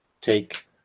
take